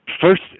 first